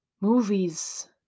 movies